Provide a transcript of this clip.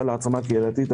סל העצמה קהילתית,